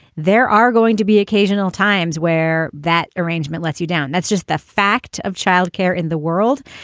there are going to be occasional times where that arrangement lets you down. that's just the fact of child care in the world.